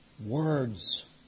words